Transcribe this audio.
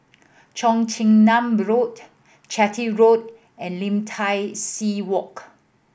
Cheong Chin Nam Road Chitty Road and Lim Tai See Walk